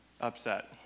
upset